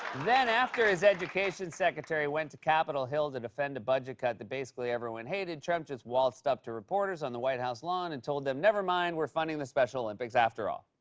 then after his education secretary went to capitol hill to defend a budget cut that basically everyone hated, trump just waltzed up to reporters on the white house lawn and told them, never mind. we're funding the special olympics after all.